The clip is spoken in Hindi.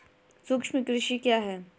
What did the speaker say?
सूक्ष्म कृषि क्या है?